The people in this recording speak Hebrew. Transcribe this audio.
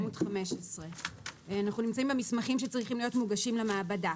עמוד 15. אנחנו נמצאים במסמכים שצריכים להיות מוגשים למעבדה.